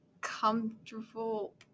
comfortable